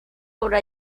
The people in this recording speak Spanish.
obra